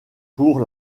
pour